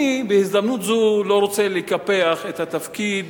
אני בהזדמנות זו לא רוצה לקפח את התפקיד